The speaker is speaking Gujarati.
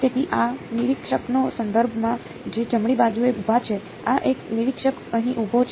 તેથી આ નિરીક્ષકના સંદર્ભમાં જે જમણી બાજુએ ઉભા છે આ એક નિરીક્ષક અહીં ઊભો છે